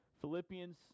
Philippians